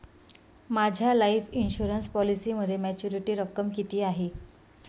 माझ्या life insurance पॉलिसीमध्ये maturity रक्कम किती आहे?